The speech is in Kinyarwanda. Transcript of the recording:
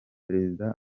perezida